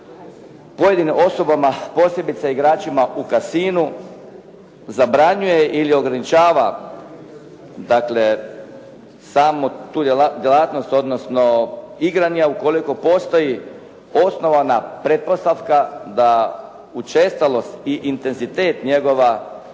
pojedinim osobama, posebice igračima u casinu zabranjuje ili ograničava, dakle samo tu djelatnost, odnosno igranja ukoliko postoji osnovana pretpostavka da učestalost i intenzitet njegova